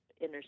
inner